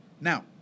Now